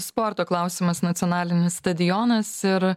sporto klausimas nacionalinis stadionas ir